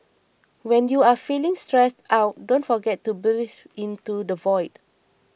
when you are feeling stressed out don't forget to breathe into the void